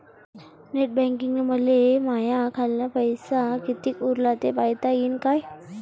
Net बँकिंगनं मले माह्या खाल्ल पैसा कितीक उरला थे पायता यीन काय?